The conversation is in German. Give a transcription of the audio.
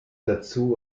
dazu